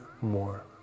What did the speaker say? more